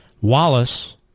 Wallace